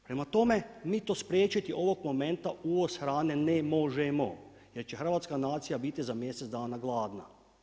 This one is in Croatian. Prema tome, mi to spriječiti ovog momenta uvoz hrane ne možemo, jer će hrvatska nacija biti za mjesec dana gladna.